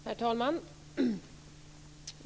Herr talman!